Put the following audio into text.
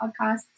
podcasts